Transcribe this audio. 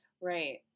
Right